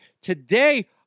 Today